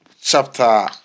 chapter